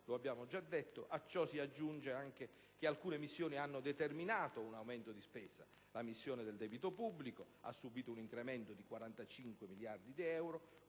lo si è già detto. A ciò si aggiunga che alcune missioni hanno determinato un aumento di spesa: la missione debito pubblico ha subito un incremento di 45 miliardi di euro,